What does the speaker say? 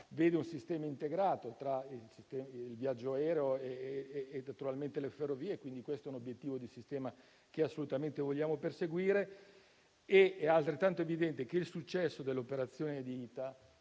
vedere un sistema integrato tra il viaggio aereo e le ferrovie. È, quindi, questo un obiettivo di sistema che assolutamente vogliamo perseguire. È altrettanto evidente che il successo dell'operazione di ITA